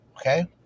okay